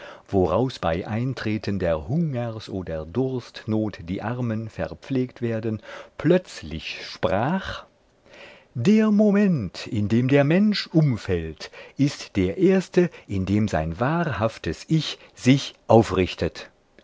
woraus bei eintretender hungers oder durstnot die armen verpflegt werden plötzlich sprach der moment in dem der mensch umfällt ist der erste in dem sein wahrhaftes ich sich aufrichtet